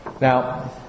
Now